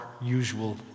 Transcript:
usual